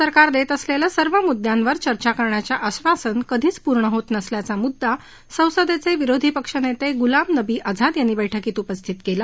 सरकार देत असलेलं सर्व मुद्द्यांवर चर्चा करण्याचं आश्वासन कधीच पूर्ण होत नसल्याचा मुद्दा संसदेचे विरोधी पक्ष नेते गुलाम नबी आझाद यांनी बैठकीत उपस्थित केला